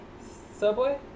Subway